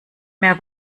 mehr